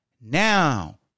Now